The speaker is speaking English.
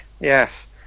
yes